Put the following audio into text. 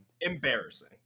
Embarrassing